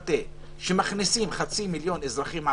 יתפתח שמכניסים חצי מיליון אזרחים ערבים,